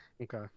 Okay